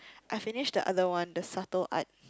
I finished the other one the subtle art